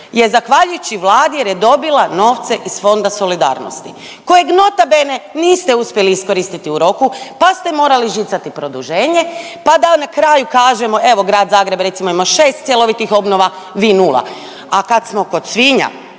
je zahvaljujući Vladi jer je dobila novce iz Fonda solidarnosti, kojeg, nota bene, niste uspjeli iskoristiti u roku pa ste morali žicati produženje, pa da na kraju kažemo, evo, Grad Zagreb, recimo, ima 6 cjelovitih obnova, vi 0. A kad smo kod svinja,